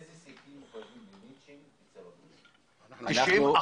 שיש מדינות שהן לא חזקות אז המדינה --- כן,